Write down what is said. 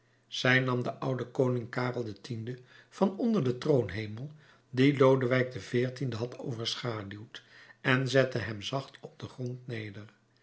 zij nam den ouden koning karel x van onder den troonhemel die lodewijk xiv had overschaduwd en zette hem zacht op den grond neder